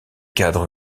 cadre